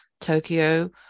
tokyo